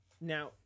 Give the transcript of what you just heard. now